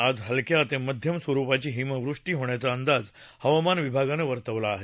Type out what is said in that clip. आज हलक्या ते मध्यम स्वरूपाची हिमवृष्टी होण्याचा अंदाज हवामान विभागानं वर्तवला आहे